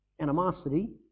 animosity